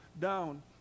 down